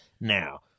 now